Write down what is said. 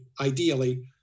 ideally